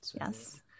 yes